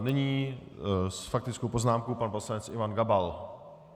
Nyní s faktickou poznámkou pan poslanec Ivan Gabal.